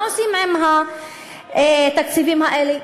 מה עושים עם התקציבים האלה?